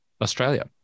Australia